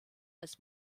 als